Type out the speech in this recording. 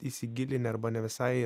įsigilinę arba ne visai